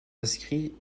inscrits